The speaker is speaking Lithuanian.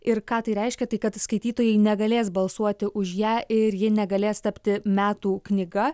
ir ką tai reiškia tai kad skaitytojai negalės balsuoti už ją ir ji negalės tapti metų knyga